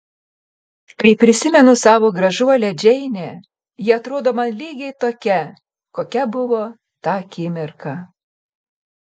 kai prisimenu savo gražuolę džeinę ji atrodo man lygiai tokia kokia buvo tą akimirką